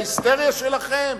בהיסטריה שלכם?